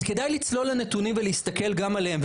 אז כדאי לצלול אל הנתונים ולהסתכל גם עליהם.